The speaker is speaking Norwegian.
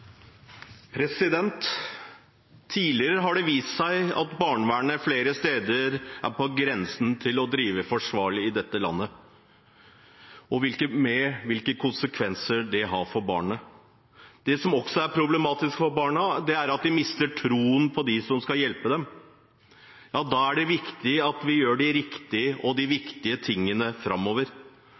kommet. Tidligere har det vist seg at barnevernet flere steder er på grensen til å drive uforsvarlig i dette landet, med de konsekvenser det har for barna. Det som også er problematisk for barna, er at de mister troen på de som skal hjelpe dem. Da er det viktig at vi gjør de riktige og viktige tingene framover.